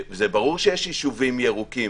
זה ברור שיש יישובים ירוקים,